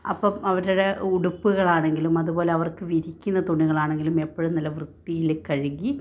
അപ്പം അവരുടെ ഉടുപ്പുകളാണെങ്കിലും അതുപോലെ അവർക്ക് വിരിക്കുന്ന തുണികളാണെങ്കിലും എപ്പോഴും നല്ല വൃത്തിയിൽ കഴുകി